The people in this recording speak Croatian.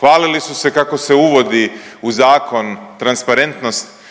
Hvalili su se kako se uvodi u zakon transparentnost